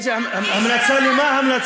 המלצה למה?